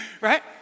Right